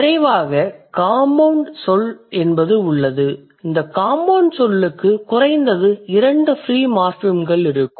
நிறைவாக காம்பவுண்ட் சொல் என்பது உள்ளது இந்த காம்பவுண்ட் சொல்லுக்கு குறைந்தது இரண்டு ஃப்ரீ மார்ஃபிம்கள் இருக்கும்